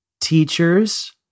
teachers